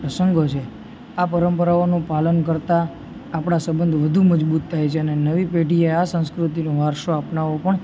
પ્રસંગો છે આ પરંપરાઓનું પાલન કરતા આપણા સબંધ વધુ મજબૂત થાય છે અને નવી પેઢીએ આ સંસ્કૃતિનો વારસો અપનાવો પણ